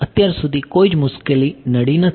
અત્યાર સુધી કોઈ મુશ્કેલી પડી નથી